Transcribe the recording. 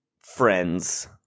Friends